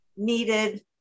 needed